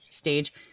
stage